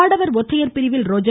ஆண்கள் ஒற்றையர் பிரிவில் ரோஜர்